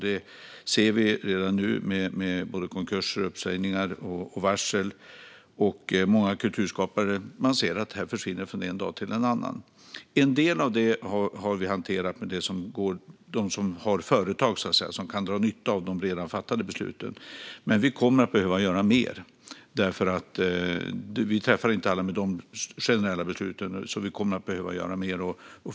Det ser vi redan nu med konkurser, uppsägningar och varsel. Vi ser att många kulturskapare försvinner från en dag till en annan. En del av detta har vi hanterat - de som har företag kan dra nytta av de redan fattade besluten. Men vi kommer att behöva göra mer. Vi träffar inte alla med de generella besluten, så vi kommer att behöva göra mer.